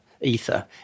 ether